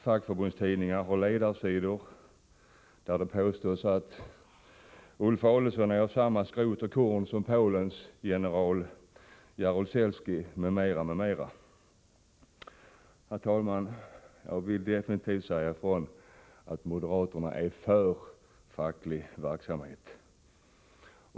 Fackförbundstidningarna har ledarsidor, där det påstås att Ulf Adelsohn är av samma skrot och korn som Polens general Jaruzelski, m.m. Herr talman! Jag vill emellertid definitivt påstå att moderaterna är för facklig verksamhet.